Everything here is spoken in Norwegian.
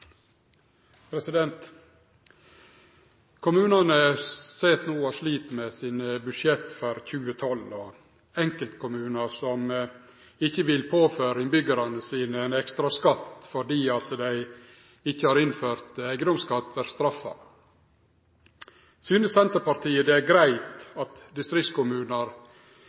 Kommunane sit no og slit med sine budsjett for 2012. Enkeltkommunar som ikkje vil påføre innbyggjarane sine ein ekstra skatt og difor ikkje har innført eigedomsskatt, vert straffa. Synest Senterpartiet det er greitt at distriktskommunar